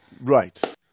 Right